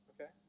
okay